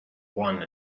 one